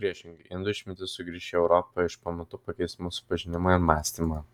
priešingai indų išmintis sugrįš į europą ir iš pamatų pakeis mūsų pažinimą ir mąstymą